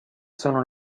sono